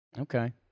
Okay